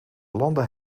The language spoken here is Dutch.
landde